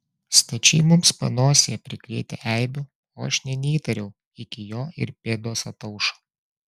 stačiai mums panosėje prikrėtę eibių o aš nė neįtariau iki jo ir pėdos ataušo